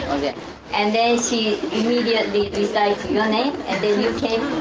and then she immediately recited your name, and then you came,